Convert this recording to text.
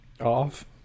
Off